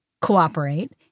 cooperate